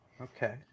Okay